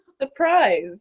surprise